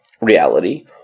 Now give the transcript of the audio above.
reality